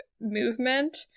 movement